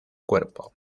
cuerpo